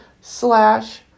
slash